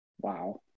Wow